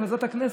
לפזר את הכנסת.